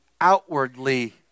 outwardly